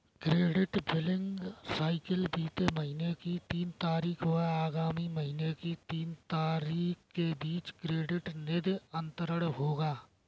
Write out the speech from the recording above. credit billing cycle बीते महीने की तीन तारीख व आगामी महीने की तीन तारीख के बीच क्रेडिट निधि अंतरण होगा